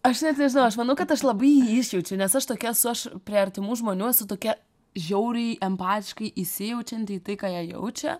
aš net nežinau aš manau kad aš labai išjaučiu nes aš tokia esu aš prie artimų žmonių esu tokia žiauriai empatiškai įsijaučianti į tai ką jie jaučia